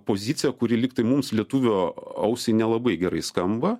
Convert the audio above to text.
pozicija kuri lyg tai mums lietuvio ausiai nelabai gerai skamba